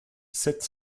sept